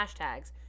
hashtags